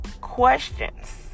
Questions